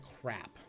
crap